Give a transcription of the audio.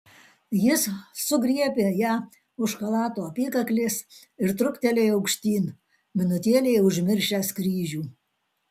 jis sugriebė ją už chalato apykaklės ir truktelėjo aukštyn minutėlei užmiršęs kryžių